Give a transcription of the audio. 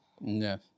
Yes